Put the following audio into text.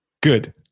good